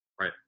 right